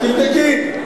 תבדקי,